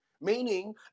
meaning